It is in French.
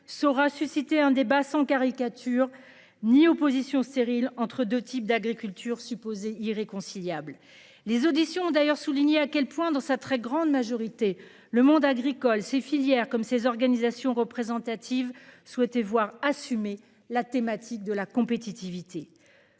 saura susciter un débat sans caricature ni opposition stérile entre 2 types d'agricultures supposées irréconciliables les auditions d'ailleurs souligné à quel point dans sa très grande majorité le monde agricole, ces filières comme ces organisations représentatives souhaité voir assumer la thématique de la compétitivité.